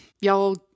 y'all